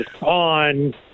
on